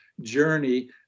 journey